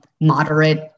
moderate